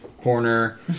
Corner